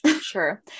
sure